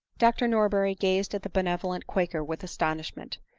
dr norberry gazed at the benevolent quaker with astonishment.